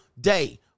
day